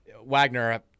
Wagner